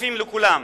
שקופים לכולם.